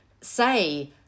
say